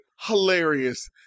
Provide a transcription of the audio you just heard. hilarious